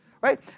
Right